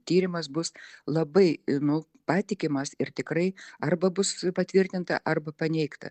tyrimas bus labai nu patikimas ir tikrai arba bus patvirtinta arba paneigta